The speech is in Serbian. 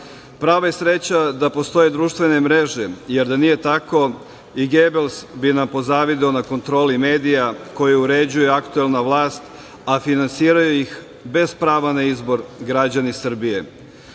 je sreća da postoje društvene mreže, jer da nije tako i Gebels bi nam pozavideo na kontroli medija koji uređuje aktuelna vlast, a finansiraju ih bez prava na izbor građani Srbije.